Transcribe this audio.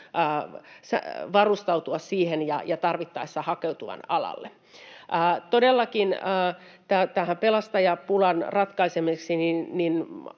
varustautua niihin ja tarvittaessa hakeutua alalle. Todellakin itse ajattelen, että pelastajapulan ratkaisemiseksi